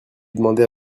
demandait